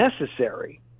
necessary